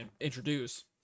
introduce